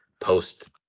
post